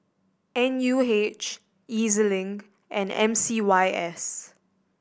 N U H E Z Link and M C Y S